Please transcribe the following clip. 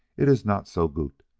it iss not so goot.